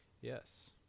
Yes